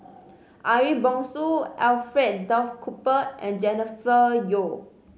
Ariff Bongso Alfred Duff Cooper and Jennifer Yeo